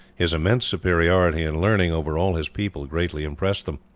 his immense superiority in learning over all his people greatly impressed them.